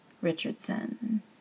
Richardson